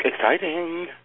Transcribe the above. Exciting